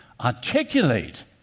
articulate